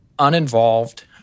uninvolved